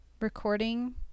recording